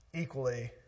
Equally